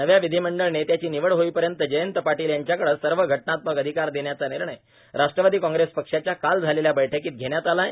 नव्या विधीमंडळ नेत्याची निवड होईपर्यंत जयंत पाटील यांच्याकडे सर्व घटनात्मक अधिकार देण्याचा निर्णय राष्ट्रवादी काँग्रेस पक्षाच्या काल झालेल्या बैठकीत घेण्यात आला आहे